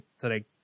today